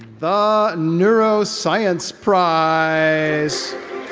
the neuroscience prize.